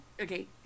okay